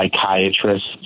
psychiatrists